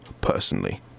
personally